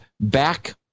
back